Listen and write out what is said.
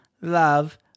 love